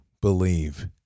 believe